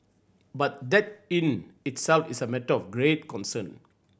but that in itself is a matter of great concern